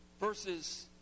Verses